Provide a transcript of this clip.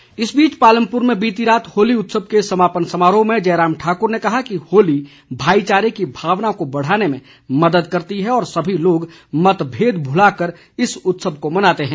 होली उत्सव इस बीच पालमपुर में बीती रात होली उत्सव के समापन समारोह में जयराम ठाकुर ने कहा कि होली भाईचारे की भावना को बढ़ाने में मदद करती है और सभी लोग मतभेद भुलाकर इस उत्सव को मनाते हैं